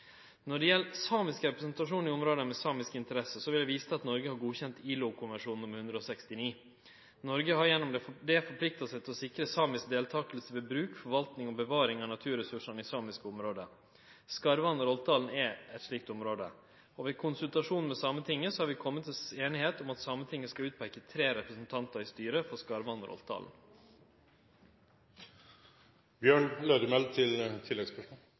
Når det gjeld samisk representasjon i område med samiske interesser, vil eg vise til at Noreg har godkjent ILO-konvensjon nr. 169. Noreg har gjennom det forplikta seg til å sikre samisk deltaking ved bruk, forvaltning og bevaring av naturressursane i samiske område. Skarvan–Roltdalen er eit slik område. Ved konsultasjon med Sametinget har vi kome til semje om at Sametinget skal peike ut tre representantar i styret